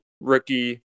rookie